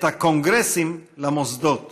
את הקונגרסים למוסדות